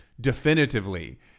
definitively